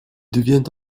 devient